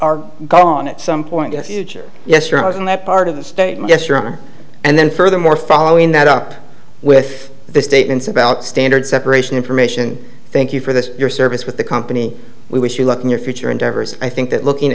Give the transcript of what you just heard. are gone at some point in a future yes or no isn't that part of the state and yes your honor and then furthermore following that up with the statements about standard separation information thank you for this your service with the company we wish you luck in your future endeavors i think that looking